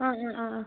ആ ആ ആ ആ